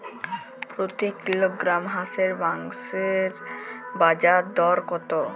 প্রতি কিলোগ্রাম হাঁসের মাংসের বাজার দর কত?